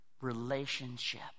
relationship